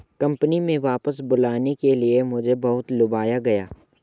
company में वापस बुलाने के लिए मुझे बहुत लुभाया गया